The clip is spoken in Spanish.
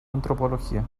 antropología